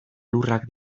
lurrak